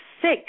six